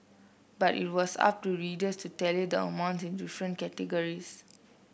but it was up to readers to tally the amounts in the different categories